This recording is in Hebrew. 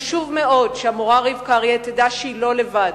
חשוב מאוד שהמורה רבקה אריה תדע שהיא לא לבד,